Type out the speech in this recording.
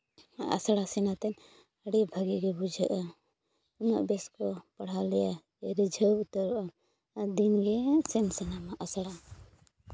ᱟᱥᱲᱟ ᱥᱮᱱ ᱠᱟᱛᱮᱫ ᱟᱹᱰᱤ ᱵᱷᱟᱹᱜᱤ ᱜᱮ ᱵᱩᱡᱷᱟᱹᱜᱼᱟ ᱩᱱᱟᱹᱜ ᱵᱮᱥ ᱠᱚ ᱯᱟᱲᱦᱟᱣ ᱞᱮᱭᱟ ᱨᱤᱡᱷᱟᱹᱣ ᱩᱛᱟᱹᱨᱚᱜ ᱟᱢ ᱟᱨ ᱫᱤᱱ ᱜᱮ ᱥᱮᱱ ᱥᱟᱱᱟᱢᱟ ᱟᱥᱲᱟ